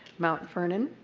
mount vernon.